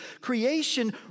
Creation